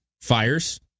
fires